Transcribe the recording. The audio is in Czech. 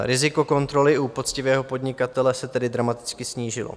Riziko kontroly u poctivého podnikatele se tedy dramaticky snížilo.